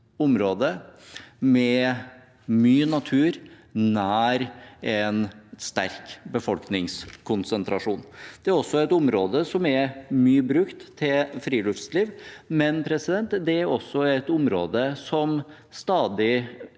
område med mye natur nær en sterk befolkningskonsentrasjon. Det er et område som er mye brukt til friluftsliv, men det er også et område som stadig